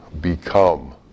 become